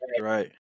right